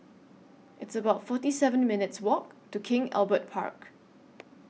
It's about forty seven minutes' Walk to King Albert Park